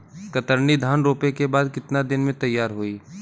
कतरनी धान रोपे के बाद कितना दिन में तैयार होई?